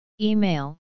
Email